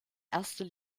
erster